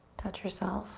touch yourself